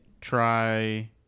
try